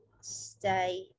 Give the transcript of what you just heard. stay